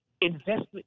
investment